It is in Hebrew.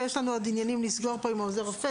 ויש לנו עוד עניינים לסגור פה עם עוזר רופא,